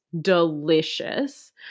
delicious